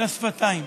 של השפתיים.